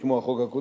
כמו החוק הזה,